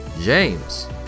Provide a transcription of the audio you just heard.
James